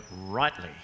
rightly